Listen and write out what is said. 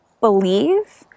believe